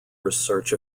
research